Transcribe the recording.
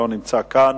לא נמצא כאן,